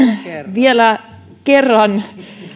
vielä kerran